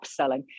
upselling